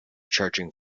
charging